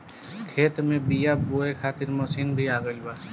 खेत में बीआ बोए खातिर मशीन भी आ गईल बा